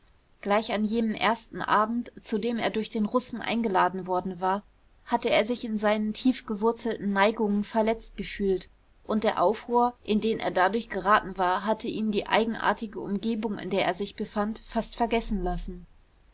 gleich an jenem ersten abend zu dem er durch den russen eingeladen worden war hatte er sich in seinen tiefgewurzelten neigungen verletzt gefühlt und der aufruhr in den er dadurch geraten war hatte ihn die eigenartige umgebung in der er sich befand fast vergessen lassen